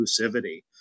inclusivity